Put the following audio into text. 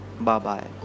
Bye-bye